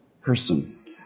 person